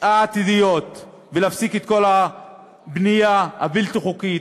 העתידיות ולהפסיק את כל הבנייה הבלתי-חוקית.